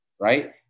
Right